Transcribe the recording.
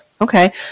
Okay